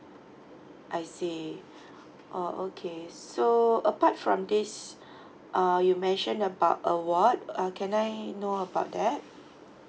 I see orh okay so apart from these uh you mention about award uh can I know about that